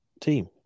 team